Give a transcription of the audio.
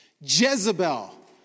Jezebel